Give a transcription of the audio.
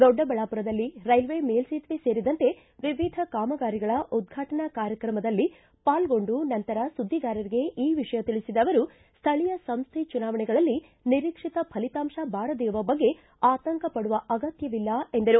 ದೊಡ್ಡಬಳ್ಳಾಪುರದಲ್ಲಿ ರೇಲ್ವೆ ಮೇಲ್ಗೇತುವೆ ಸೇರಿದಂತೆ ವಿವಿಧ ಕಾಮಗಾರಿಗಳ ಉದ್ರಾಟನಾ ಕಾರ್ಯಕ್ರಮದಲ್ಲಿ ಪಾಲ್ಗೊಂಡು ನಂತರ ಸುದ್ದಿಗಾರರಿಗೆ ಈ ವಿಷಯ ತಿಳಿಬದ ಅವರು ಸ್ಥಳೀಯ ಸಂಸ್ಥೆ ಚುನಾವಣೆಗಳಲ್ಲಿ ನಿರೀಕ್ಷಿತ ಫಲಿತಾಂಶ ಬಾರದಿರುವ ಬಗ್ಗೆ ಆತಂಕಪಡುವ ಅಗತ್ತವಿಲ್ಲ ಎಂದರು